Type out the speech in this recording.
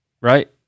right